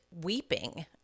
weeping